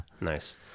Nice